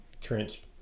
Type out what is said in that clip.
trench